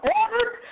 ordered